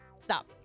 Stop